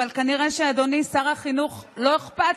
אבל כנראה לאדוני שר החינוך לא אכפת